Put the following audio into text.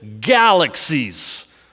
galaxies